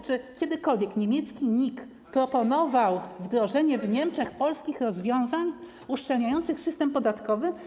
Czy kiedykolwiek niemiecki NIK proponował wdrożenie w Niemczech polskich rozwiązań uszczelniających system podatkowy?